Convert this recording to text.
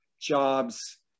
jobs